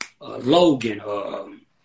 Logan